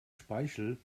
speichel